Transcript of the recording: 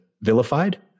vilified